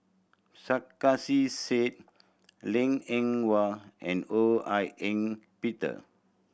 Sarkasi Said Liang Eng Hwa and Ho Hak Ean Peter